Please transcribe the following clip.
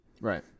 right